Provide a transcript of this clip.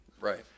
Right